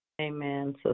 Amen